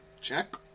Check